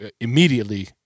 immediately